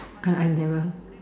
I I never